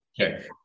Okay